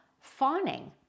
fawning